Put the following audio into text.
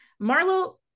Marlo